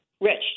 Rich